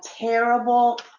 terrible